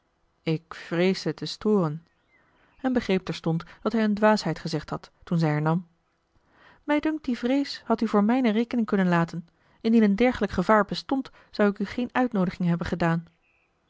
ik vreesde te storen en begreep terstond dat hij een dwaasheid gezegd had toen zij hernam mij dunkt die vrees had u voor mijne rekening kunnen laten indien een dergelijk gevaar bestond zou ik u geen uitnoodiging hebben gedaan